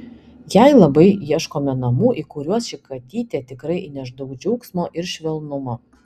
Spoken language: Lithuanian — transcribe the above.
jai labai ieškome namų į kuriuos ši katytė tikrai įneš daug džiaugsmo ir švelnumo